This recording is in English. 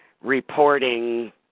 reporting